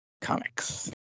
comics